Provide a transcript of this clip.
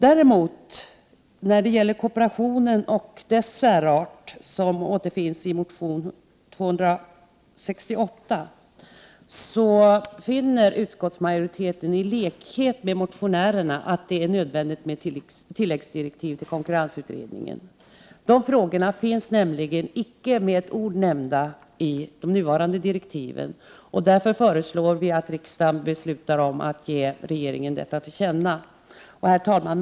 När det däremot gäller kooperationen och dess särart, vilka frågor behandlas i motion N268, finner utskottsmajoriteten i likhet med motionärerna att det är nödvändigt att konkurrensutredningen får tilläggsdirektiv. De frågorna finns nämligen icke med ett ord nämnda i de nuvarande direktiven. Därför föreslår utskottsmajoriteten riksdagen att besluta att ge regeringen detta till känna. Herr talman!